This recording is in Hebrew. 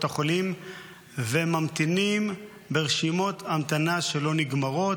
החולים וממתינים ברשימות המתנה שלא נגמרות.